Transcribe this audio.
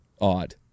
odd